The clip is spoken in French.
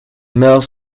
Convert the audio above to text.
mœurs